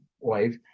wife